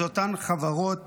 זה אותן חברות